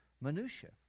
minutiae